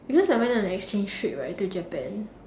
because I went on an exchange trip right to Japan